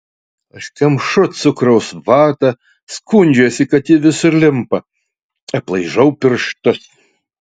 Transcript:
aš kemšu cukraus vatą skundžiuosi kad ji visur limpa aplaižau pirštus